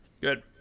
Good